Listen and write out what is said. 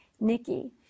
Nikki